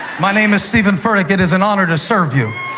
my name is steven furtick. it is an honor to serve you.